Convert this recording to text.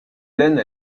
laine